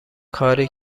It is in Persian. کاری